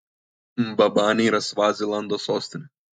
mbabanė yra svazilando sostinė